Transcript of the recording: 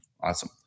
Awesome